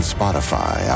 Spotify